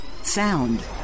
Sound